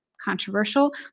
controversial